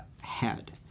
head